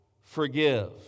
forgive